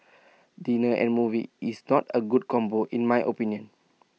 dinner and movie is not A good combo in my opinion